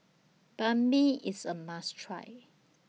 Banh MI IS A must Try